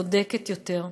צודקת יותר.